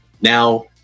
now